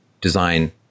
design